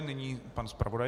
Nyní pan zpravodaj.